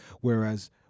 Whereas